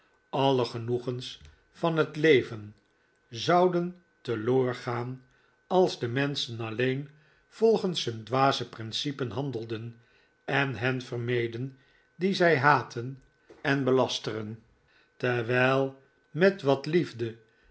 alle genoegens van het leven zouden te loor gaan als de menschen alleen volgens hun dwaze principen handelden en hen vermeden die zij haten en belasteren terwijl met wat liefde